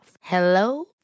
Hello